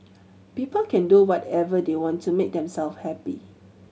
people can do whatever they want to make themselves happy